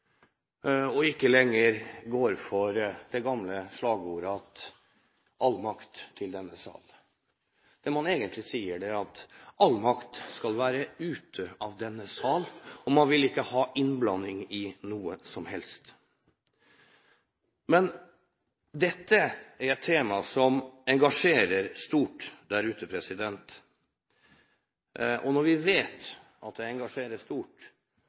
og ikke lenger går for det gamle slagordet «All makt i denne sal». Det man egentlig sier, er at all makt skal være ute av denne sal, og man vil ikke ha innblanding i noe som helst. Dette er et tema som engasjerer stort der ute. Men selv om engasjementet er stort, er det